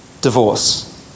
divorce